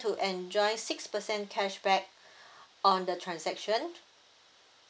to enjoy six percent cashback on the transaction